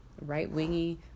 right-wingy